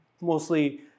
mostly